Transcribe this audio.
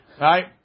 Right